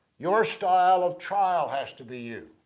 your style of trial has to be you.